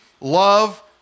love